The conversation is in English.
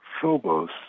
Phobos